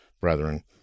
brethren